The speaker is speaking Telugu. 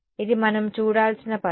ఇది మనం చూడాల్సిన పదం